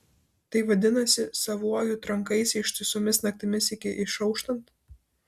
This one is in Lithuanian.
tai vadinasi savuoju trankaisi ištisomis naktimis iki išauštant